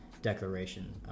declaration